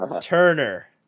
Turner